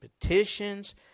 petitions